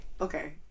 okay